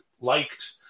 liked